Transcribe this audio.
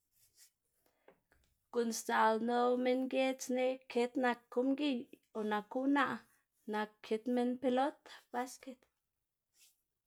guꞌn sdzaꞌl ldoꞌ minn giedz neꞌg kit naku mgiy o naku unaꞌ nak kit minn pelot basket.